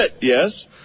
Yes